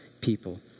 people